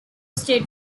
state